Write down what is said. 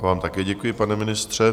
Já vám také děkuji, pane ministře.